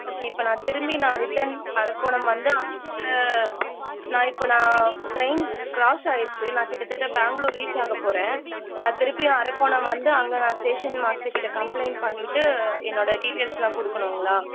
okay இப்போ நான் திரும்பி நான் ரிட்டன் அரக்கோணம் வந்து அவங்கட்ட நான் இப்போ நான் டிரைன் கிராஸ் ஆகிருச்சு நான் கிட்டதட்ட பேங்க்ளூர் ரீச் ஆக போகிறேன் நான் திருப்பி அரக்கோணம் வந்து அங்கே நான் ஸ்டேஷன் மாஸ்டர் கிட்டே கம்ப்ளைண்ட் பண்ணிவிட்டு என்னோடய டிடைல்ஸெலாம் கொடுக்கணுங்களா